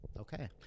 Okay